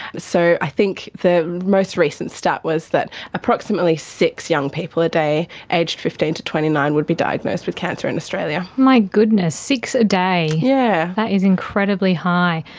so i think the most recent statistic was that approximately six young people a day aged fifteen to twenty nine would be diagnosed with cancer in australia. my goodness, six a day! yeah that is incredibly high.